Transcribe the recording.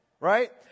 Right